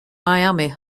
miami